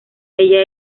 ella